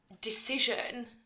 decision